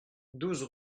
douze